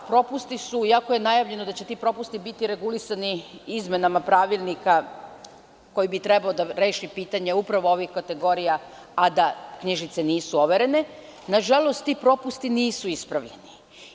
Propusti su, iako je najavljeno da će ti propusti biti regulisani izmenama pravilnika koji bi trebalo da reši pitanje upravo ovih kategorija, a da knjižice nisu overene, nažalost, ti propusti nisu ispravljeni.